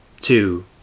Two